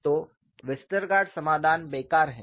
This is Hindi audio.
तो वेस्टरगार्ड समाधान बेकार है